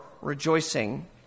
rejoicing